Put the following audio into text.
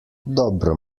dobro